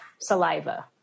saliva